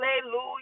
Hallelujah